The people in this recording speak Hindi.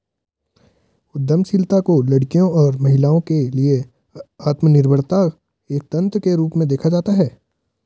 उद्यमशीलता को लड़कियों और महिलाओं के लिए आत्मनिर्भरता एक तंत्र के रूप में देखा जाता है